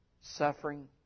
suffering